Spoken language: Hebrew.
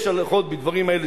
יש הלכות בדברים האלה,